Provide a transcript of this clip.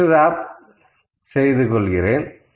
text wrap செய்கிறேன்